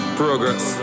progress